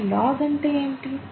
మరి లాగ్ అంటే ఏంటి